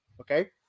okay